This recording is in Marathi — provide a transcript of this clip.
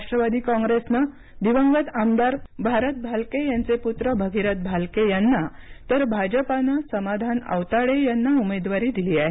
राष्ट्रवादी कॉंग्रेसनं दिवंगत आमदार भारत भालके यांचे पूत्र भगीरथ भालके यांना तर भाजपानं समाधान औताडे यांना उमेदवारी दिली आहे